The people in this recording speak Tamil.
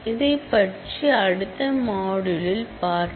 இதைப் பற்றி அடுத்த மாடுள்ளில் பார்ப்போம்